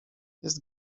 jest